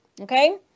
okay